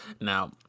Now